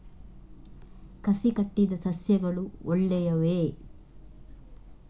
ಕಸಿ ಕಟ್ಟಿದ ಸಸ್ಯಗಳು ಒಳ್ಳೆಯವೇ?